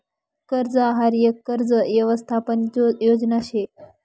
कर्ज आहार यक कर्ज यवसथापन योजना शे